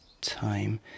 time